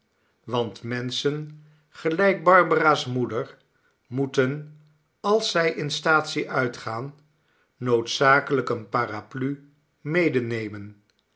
want menschen gelijk barbara's moeder moeten als zij in staatsie uitgaan noodzakelijk eene paraplu